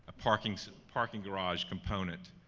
ah parking so parking garage component.